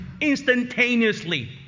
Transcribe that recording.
instantaneously